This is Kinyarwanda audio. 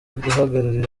guhagararira